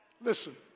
Listen